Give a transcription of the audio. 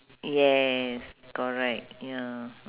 yes correct ya